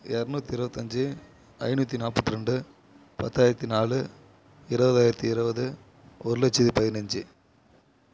இரநூத்தி இருபத்தஞ்சி ஐநூற்றி நாற்பத்தி ரெண்டு பத்தாயிரத்தி நாலு இருபதாயிரத்தி இருபது ஒரு லட்சத்தி பதினஞ்சு